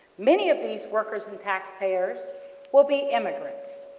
many of these workers and tax payers will be immigrants.